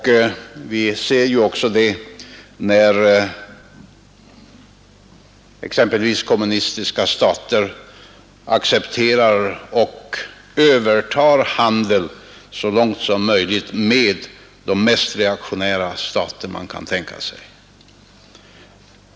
Vi ser det också när exempelvis kommunistiska stater så långt det är möjligt accepterar och tar över handel med de mest reaktionära stater man kan tänka sig.